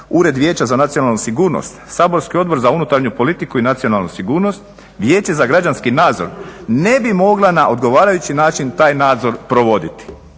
ured Vijeća za nacionalnu sigurnost, saborski Odbor za unutarnju politiku i nacionalnu sigurnost, Vijeće za građanski nadzor ne bi mogla na odgovarajući način taj nadzor provoditi.